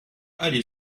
aller